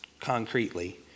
concretely